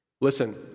Listen